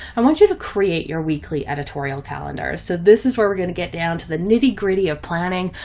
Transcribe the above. i want you to create your weekly editorial calendars. so this is where we're going to get down to the nitty gritty of planning